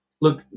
look